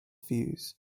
views